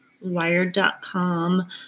Wired.com